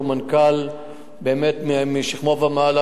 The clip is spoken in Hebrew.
שהוא מנכ"ל באמת משכמו ומעלה,